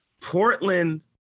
Portland